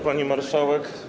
Pani Marszałek!